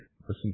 Listen